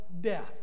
death